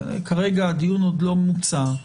כרגע הדיון עוד לא מוצה,